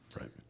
Right